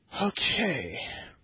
Okay